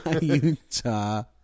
Utah